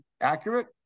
accurate